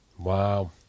wow